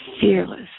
fearless